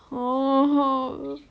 oh oh